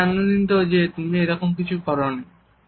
আমি আনন্দিত যে তুমি এরকম কিছু করোনি